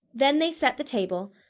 then they set the table,